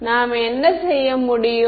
எனவே நாம் என்ன செய்ய முடியும்